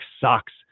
sucks